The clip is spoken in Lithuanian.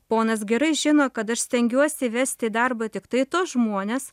ponas gerai žino kad aš stengiuosi įvesti į darbą tiktai tuos žmones